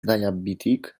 diabetic